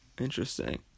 Interesting